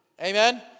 Amen